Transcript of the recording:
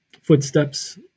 footsteps